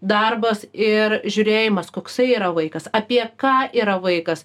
darbas ir žiūrėjimas koksai yra vaikas apie ką yra vaikas